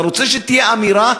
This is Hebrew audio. אתה רוצה שתהיה אמירה,